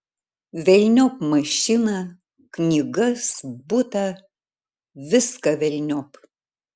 velniop mašiną knygas butą viską velniop